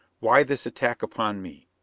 why this attack upon me?